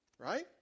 Right